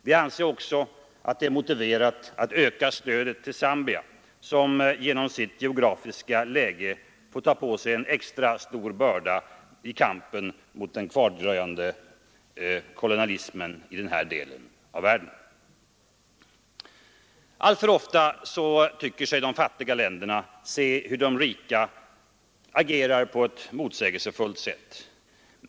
Vi anser också att det är motiverat att öka stödet till Zambia, som genom sitt geografiska läge får ta på sig en extra stor börda i kampen mot den kvardröjande kolonialismen i denna del av världen. Alltför ofta tycker sig de fattiga länderna se hur de rika agerar på ett motsägelsefullt sätt.